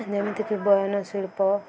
ଯେମିତିକି ବୟନଶିଳ୍ପ